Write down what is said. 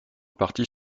parties